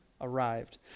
arrived